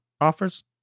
offers